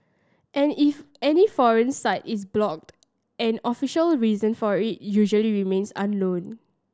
and if any foreign site is blocked an official reason for it usually remains unknown